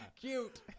Cute